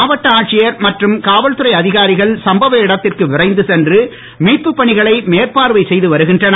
மாவட்ட ஆட்சியர் மற்றும் காவல்துறை அதிகாரிகள் சம்பவ இடத்திற்கு விரைந்து சென்று மீட்பு பணிகளை மேற்பார்வை செய்து வருகின்றனர்